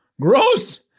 gross